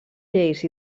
lleis